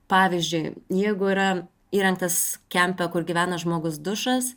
pavyzdžiui jeigu yra įrengtas kempe kur gyvena žmogus dušas